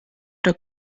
der